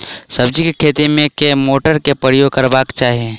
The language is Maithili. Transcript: सब्जी केँ खेती मे केँ मोटर केँ प्रयोग करबाक चाहि?